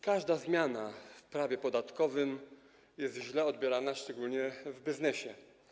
Każda zmiana w prawie podatkowym jest źle odbierana, szczególnie przez biznes.